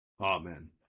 Amen